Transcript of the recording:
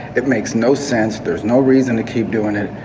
it makes no sense. there's no reason to keep doing it.